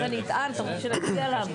אבל זה לא משנה לך.